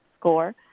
score